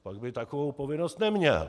Pak by takovou povinnost neměl.